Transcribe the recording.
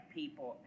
people